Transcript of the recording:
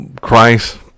Christ